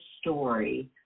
story